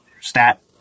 stat